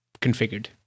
configured